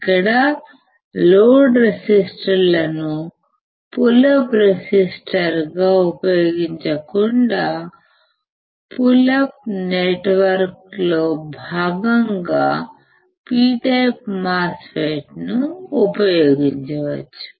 ఇక్కడ లోడ్ రెసిస్టర్లను pull up రెసిస్టర్గా ఉపయోగించకుండా పుల్ అప్ నెట్వర్క్లో భాగంగా పి టైప్ మాస్ ఫెట్ను ఉపయోగించవచ్చు